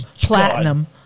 platinum